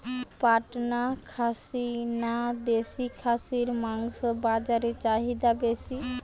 পাটনা খাসি না দেশী খাসির মাংস বাজারে চাহিদা বেশি?